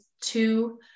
two